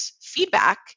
feedback